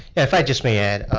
if i just may add,